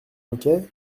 manquaient